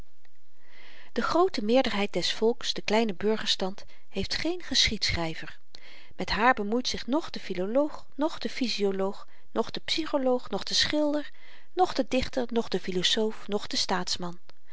de groote meerderheid des volks de kleine burgerstand heeft geen geschiedschryver met haar bemoeit zich noch de filoloog noch de physioloog noch de psycholoog noch de schilder noch de dichter noch de filosoof noch de